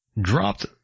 dropped